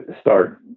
start